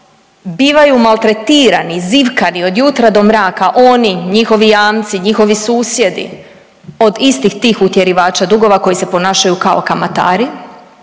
bivaju maltretirani, zivkani od jutra do mraka, oni, njihovi jamci, njihovi susjedi od istih tih utjerivača dugova koji se ponašaju kao kamatari